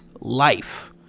life